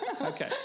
Okay